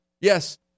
Yes